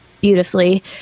beautifully